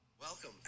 Welcome